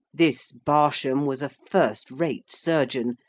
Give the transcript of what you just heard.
this barsham was a first rate surgeon,